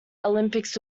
olympics